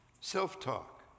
self-talk